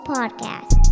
Podcast